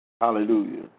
Hallelujah